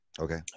Okay